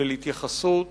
של התייחסות